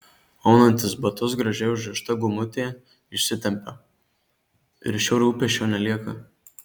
aunantis batus gražiai užrišta gumutė išsitempia ir šio rūpesčio nelieka